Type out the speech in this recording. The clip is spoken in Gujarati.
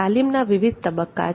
તાલીમના વિવિધ તબક્કા છે